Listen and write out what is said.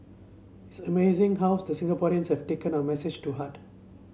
it's amazing how the Singaporeans have taken our message to heart